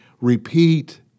repeat